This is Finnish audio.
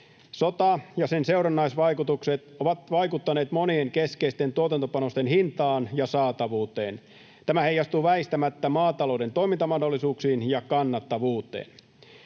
Sota ja sen seurannaisvaikutukset ovat vaikuttaneet monien keskeisten tuotantopanosten hintaan ja saatavuuteen. Tämä heijastuu väistämättä maatalouden toimintamahdollisuuksiin ja kannattavuuteen.